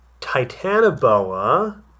Titanoboa